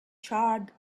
charred